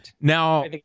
Now